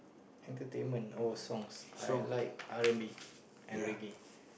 entertainment oh songs I like r-and-b and reggae